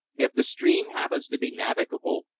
if the stream happens to be navigable,